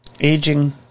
aging